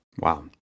Wow